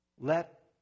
let